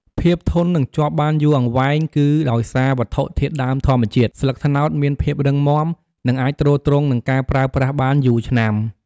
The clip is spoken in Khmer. ភាពធន់ និងជាប់បានយូរអង្វែង គឺដោយសារវត្ថុធាតុដើមធម្មជាតិ ស្លឹកត្នោតមានភាពរឹងមាំ និងអាចទ្រាំទ្រនឹងការប្រើប្រាស់បានយូរឆ្នាំ។